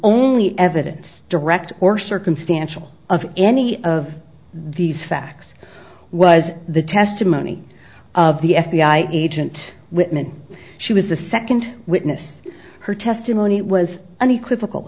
only evidence direct or circumstantial of any of these facts was the testimony of the f b i agent whitman she was the second witness her testimony was unequivocal